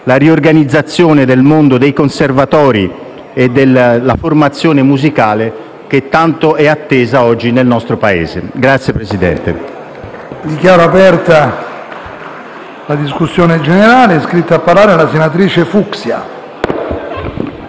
la riorganizzazione del mondo dei conservatori e della formazione musicale, tanto attesa oggi nel nostro Paese. *(Applausi